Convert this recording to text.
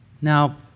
Now